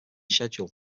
schedule